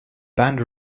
band